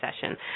session